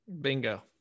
Bingo